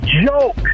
joke